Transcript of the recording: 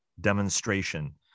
demonstration